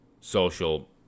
social